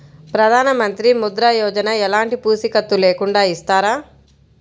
ప్రధానమంత్రి ముద్ర యోజన ఎలాంటి పూసికత్తు లేకుండా ఇస్తారా?